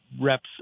reps